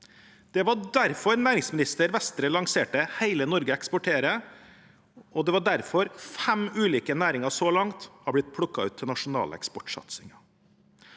Det var derfor næringsminister Vestre lanserte reformen Hele Norge eksporterer, og det var derfor fem ulike næringer så langt ble plukket ut til nasjonale eksportsatsinger.